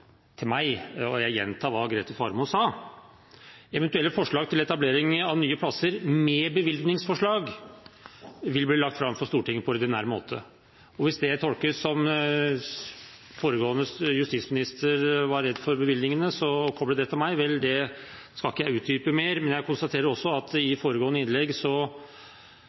sa: «Eventuelle forslag til etablering av nye plasser, med bevilgningsforslag, vil bli lagt fram for Stortinget på ordinær måte.» Hvis det tolkes som at foregående justisminister var redd for bevilgningene, og at man så koblet det til meg, skal ikke jeg utdype mer, men jeg konstaterer også at i foregående innlegg